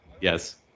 Yes